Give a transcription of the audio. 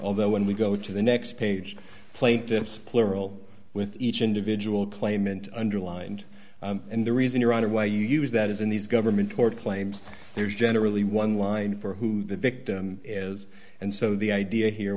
although when we go to the next page plaintiff's plural with each individual claimant underlined and the reason your honor why you use that is in these government tort claims there's generally one line for who the victim is and so the idea here